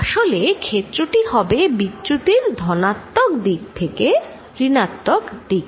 আসলে ক্ষেত্রটি হবে বিচ্যুতির ধনাত্মক দিক থেকে ঋণাত্মক দিকে